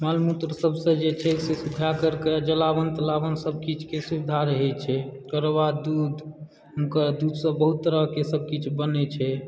मल मूत्र सभसँ जे छै से सुखाय करके जलावन तलावनसभ किछुके सुविधा रहैत छै ओकर बाद दूध हुनकर दूधसँ बहुत तरहकेँ सभ किछु बनैत छै